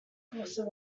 also